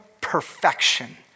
perfection